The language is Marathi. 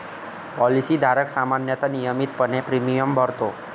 पॉलिसी धारक सामान्यतः नियमितपणे प्रीमियम भरतो